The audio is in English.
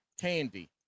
candy